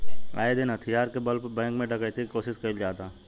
आये दिन हथियार के बल पर बैंक में डकैती के कोशिश कईल जाता